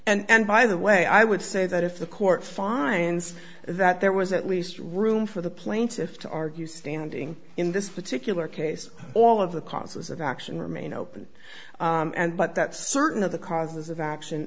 issues and by the way i would say that if the court finds that there was at least room for the plaintiff to argue standing in this particular case all of the causes of action remain open and but that certain of the causes of action